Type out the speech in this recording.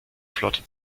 flotte